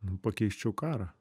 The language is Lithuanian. nu pakeisčiau karą